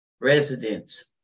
residents